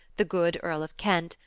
the good earl of kent,